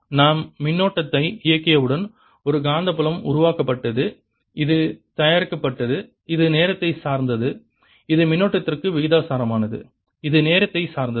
நாம் மின்னோட்டத்தை இயக்கியவுடன் ஒரு காந்தப்புலம் உருவாக்கப்பட்டது இது தயாரிக்கப்பட்டது இது நேரத்தை சார்ந்தது இது மின்னோட்டத்திற்கு விகிதாசாரமானது இது நேரத்தை சார்ந்தது